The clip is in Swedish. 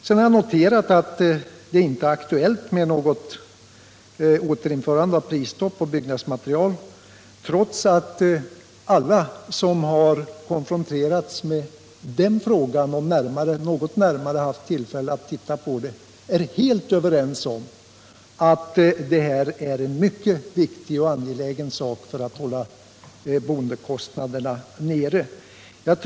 Sedan har jag noterat att det inte är aktuellt med något återinförande av prisstopp på byggnadsmaterial, trots att alla som haft tillfälle att närmare studera den frågan är helt överens om att det är mycket viktigt och angeläget för att hålla boendekostnaderna nere.